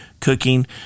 cooking